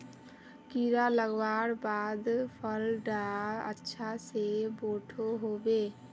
कीड़ा लगवार बाद फल डा अच्छा से बोठो होबे?